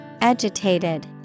Agitated